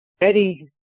Eddie